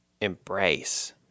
embrace